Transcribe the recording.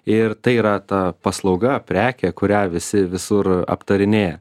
ir tai yra ta paslauga prekė kurią visi visur aptarinėja